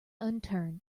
unturned